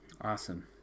Awesome